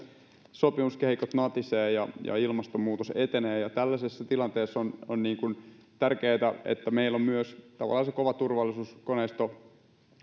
sopimuskehikot natisevat ja ilmastonmuutos etenee ja tällaisessa tilanteessa on tärkeätä että meillä on myös tavallaan se kova turvallisuuskoneisto